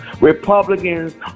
Republicans